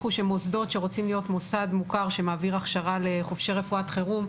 שמוסדות שרוצים להיות מוסד מוכר שמעביר הכשרה לחובשי רפואת חירום,